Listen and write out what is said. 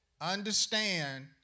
understand